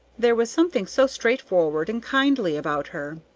there was something so straightforward and kindly about her.